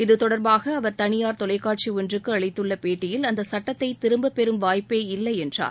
இது தொடர்பாக அவர் தனியார் தொலைக்காட்சி ஒன்றுக்கு அளித்துள்ள பேட்டியில் அந்தச் சட்டத்தை திரும்பப்பெறும் வாய்ப்பே இல்லை என்றார்